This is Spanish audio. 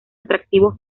atractivo